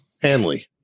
Hanley